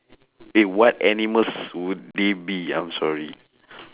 eh what animals would they be I'm sorry